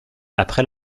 après